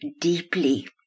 deeply